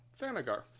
Thanagar